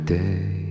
day